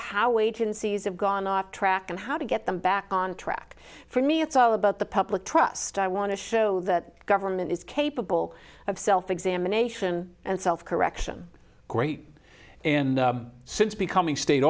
how agencies have gone off track and how to get them back on track for me it's all about the public trust i want to show that government is capable of self examination and self correction great and since becoming state